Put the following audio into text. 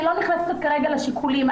אני לא נכנסת כרגע לשיקולים.